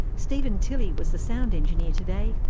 stephen tilley was the sound engineer, today.